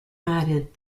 added